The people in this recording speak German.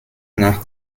nach